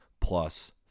plus